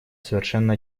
совершенно